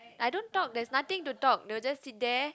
I don't talk there's nothing to talk they will just sit there